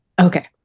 Okay